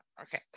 okay